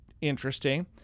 interesting